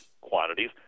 quantities